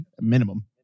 minimum